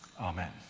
Amen